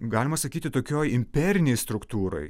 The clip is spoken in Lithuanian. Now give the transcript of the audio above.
galima sakyti tokioj imperinėj struktūrai